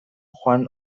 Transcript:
joan